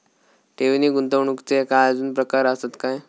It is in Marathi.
ठेव नी गुंतवणूकचे काय आजुन प्रकार आसत काय?